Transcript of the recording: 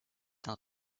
d’un